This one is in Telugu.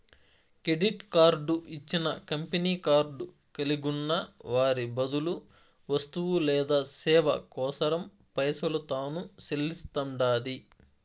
కెడిట్ కార్డు ఇచ్చిన కంపెనీ కార్డు కలిగున్న వారి బదులు వస్తువు లేదా సేవ కోసరం పైసలు తాను సెల్లిస్తండాది